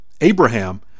Abraham